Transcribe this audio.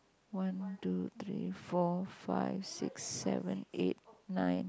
one two three four five six seven eight nine